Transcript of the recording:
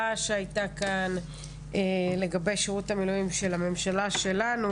שהייתה כאן לגבי שירות המילואים של הממשלה שלנו,